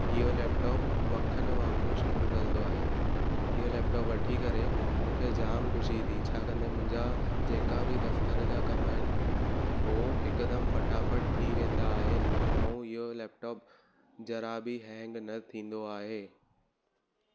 इहो लैपटॉप मखणु वांगुरु स्मूथ हलंदो आहे इहो लैपटॉप वठी करे मूंखे जामु ख़ुशी थी छा कंदे मुंहिंजा जेका बि दफ़्तर जा कमु आहिनि ओ हिकदमि फटाफटि थी वेंदा आहिनि ऐं इहो लैपटॉप ज़रा बि हैंग न थींदो आहे